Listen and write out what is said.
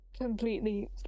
completely